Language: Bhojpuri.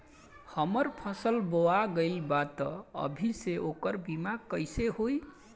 हमार फसल बोवा गएल बा तब अभी से ओकर बीमा कइसे होई?